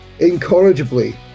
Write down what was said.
incorrigibly